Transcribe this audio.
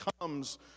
comes